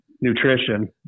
Nutrition